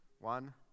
One